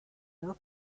her